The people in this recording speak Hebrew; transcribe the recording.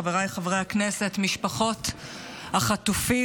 חבריי חברי הכנסת, משפחות החטופים,